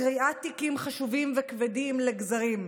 קריעת תיקים חשובים וכבדים לגזרים,